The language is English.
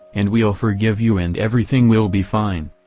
and we'll forgive you and everything will be fine.